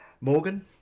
Morgan